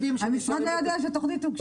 המשרד לא יודע שהתכנית הוגשה.